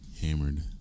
Hammered